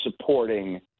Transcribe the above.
supporting